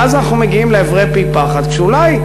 ואז אנחנו מגיעים לעברי פי פחת כשאולי,